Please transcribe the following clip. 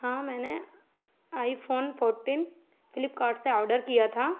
हाँ मैंने iPhone fourteen Flipkart से ऑडर किया था